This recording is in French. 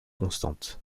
constante